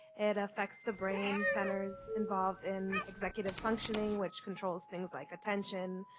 it affects the brain centers involved in executive functioning which controls things like attention,